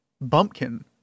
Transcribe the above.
Bumpkin